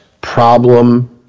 Problem